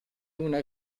una